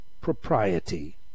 propriety